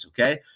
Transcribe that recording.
okay